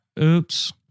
Oops